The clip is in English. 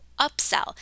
upsell